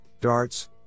DARTs